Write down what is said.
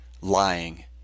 lying